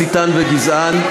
מסיתן וגזען,